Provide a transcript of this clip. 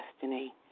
destiny